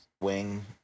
wing